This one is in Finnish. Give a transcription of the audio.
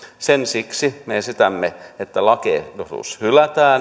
siksi me esitämme että lakiehdotus hylätään